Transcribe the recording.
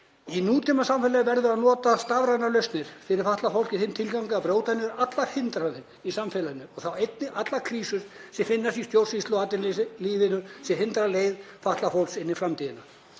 Í nútímasamfélagi verður að nota stafrænar lausnir fyrir fatlað fólk í þeim tilgangi að brjóta niður allar hindranir í samfélaginu og þá einnig allar krísur sem finnast í stjórnsýslu og atvinnulífinu sem hindra leið fatlaðs fólks inn í framtíðina.